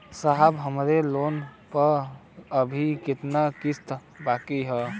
साहब हमरे लोन पर अभी कितना किस्त बाकी ह?